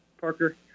Parker